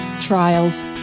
trials